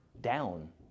Down